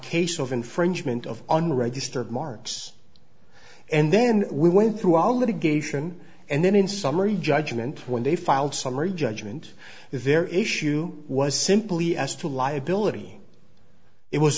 case of infringement of unregistered marks and then we went through all litigation and then in summary judgment when they filed summary judgment their issue was simply as to liability it was